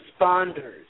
responders